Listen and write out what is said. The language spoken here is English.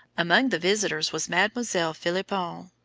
among the visitors was mademoiselle philipon,